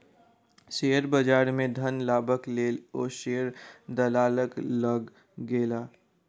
share बजार में धन लाभक लेल ओ शेयर दलालक लग गेला